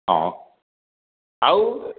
ହଁ ଆଉ